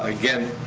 again,